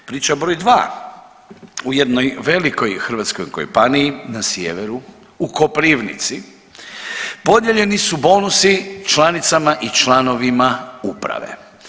Priča broj 2, u jednoj velikoj hrvatskoj kompaniji na sjeveru u Koprivnici podijeljeni su bonusi članicama i članovima uprave.